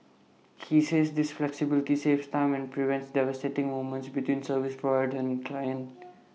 he says this flexibility saves time and prevents devastating moments between service provider and client